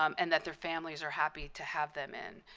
um and that their families are happy to have them in.